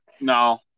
No